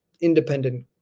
independent